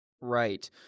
Right